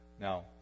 Now